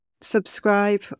subscribe